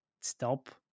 stop